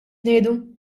ngħidu